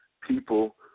people